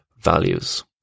values